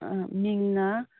ꯃꯤꯡꯅ